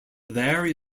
there